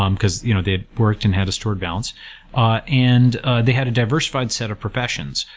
um because you know they had worked and had a stored balance ah and ah they had a diversified set of professions.